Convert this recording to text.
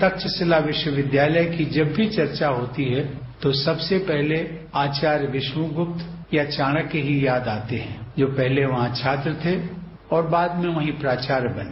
तक्षशिला विश्वविद्यालय की जब भी चर्चा होती है तो सबसे पहले आचार्यगुप्ता या चाणक्य ही याद आते हैं जो पहले वहां छात्र थे और बाद में वहीं प्राचार्य बने